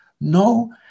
no